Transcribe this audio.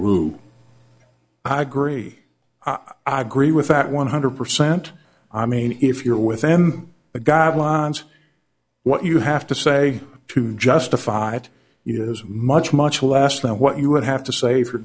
rude i agree i agree with that one hundred percent i mean if you're with them the guidelines what you have to say to justify it is much much less than what you would have to say for